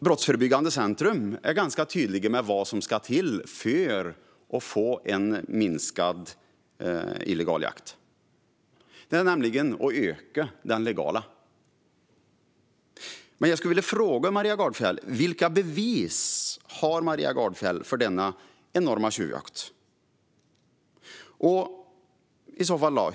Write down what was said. Brottsförebyggande Centrum är ganska tydliga med vad som ska till för att få en minskad illegal jakt. Det är nämligen att öka den legala jakten. Jag skulle vilja fråga Maria Gardfjell vilka bevis hon har för denna enorma tjuvjakt.